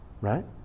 Right